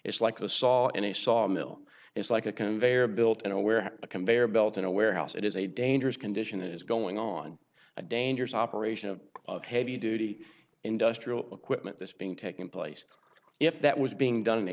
it's like a saw and he saw a mill it's like a conveyor built in a where a conveyor belt in a warehouse it is a dangerous condition that is going on a dangerous operation of of heavy duty industrial equipment this being taken place if that was being done in a